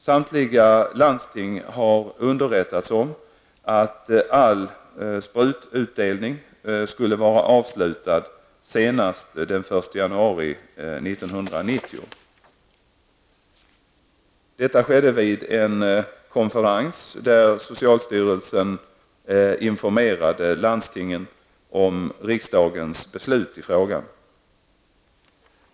Samtliga landsting har underrättats om att all sprututdelning skulle vara avslutad senast den 1 januari 1990. Detta skedde vid en konferens där socialstyrelsen informerade landstingen om riksdagens beslut i frågan.